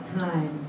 time